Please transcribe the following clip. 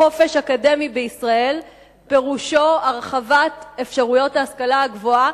חופש אקדמי בישראל פירושו הרחבת אפשרויות ההשכלה הגבוהה,